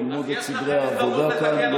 ללמוד את סדרי העבודה כאן.